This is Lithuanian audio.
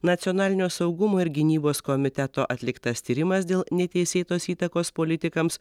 nacionalinio saugumo ir gynybos komiteto atliktas tyrimas dėl neteisėtos įtakos politikams